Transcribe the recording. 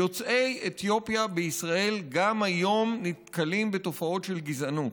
יוצאי אתיופיה בישראל גם היום נתקלים בתופעות של גזענות.